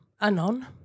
Anon